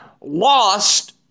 lost